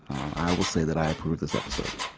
i will say that i approve this episode